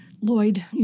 Lloyd